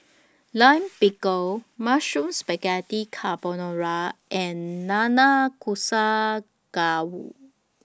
Lime Pickle Mushroom Spaghetti Carbonara and Nanakusa Gayu